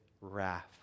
wrath